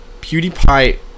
Pewdiepie